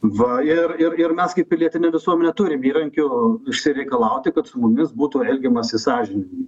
va ir ir ir mes kaip pilietinė visuomenė turim įrankių išsireikalauti kad su mumis būtų elgiamasi sąžiningai